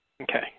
Okay